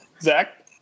Zach